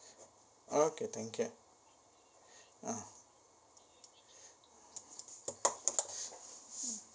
okay thank you ah